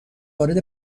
وارد